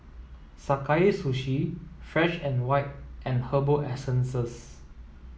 Sakae Sushi Fresh and White and Herbal Essences